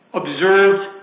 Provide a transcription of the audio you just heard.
observed